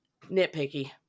nitpicky